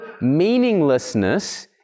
meaninglessness